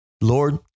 Lord